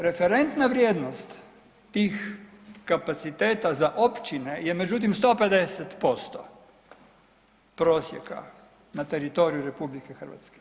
Referentna vrijednost tih kapaciteta za općine je međutim 150% prosjeka na teritoriju RH.